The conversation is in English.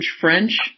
French